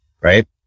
right